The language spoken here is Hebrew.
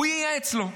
הוא ייעץ לו.